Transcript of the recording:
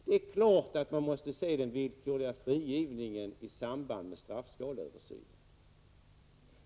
Det är klart att man måste se den villkorliga frigivningen i samband med straffskaleöversynen.